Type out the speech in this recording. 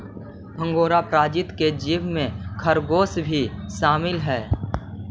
angora प्रजाति के जीव में खरगोश भी शामिल हई